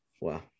Wow